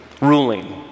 ruling